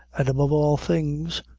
an' above all things,